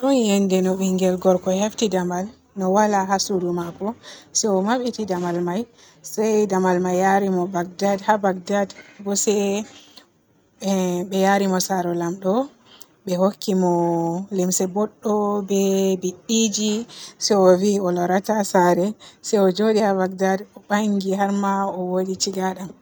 ɗon yende no ɓingel gorko hefti damal no waala haa suudu maako, se o mabbiti damal may se damal may yaari mo Bagdad haa Bagdad. Bo se emm be yaari mo saare laamɗo, be hokki mo limse bodɗo, be biddiji se o vi o loorata saare o njoodi haa Bagdad o baangi har ma o waaɗi cigadam.